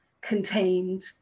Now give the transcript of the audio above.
contained